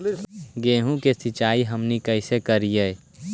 गेहूं के सिंचाई हमनि कैसे कारियय?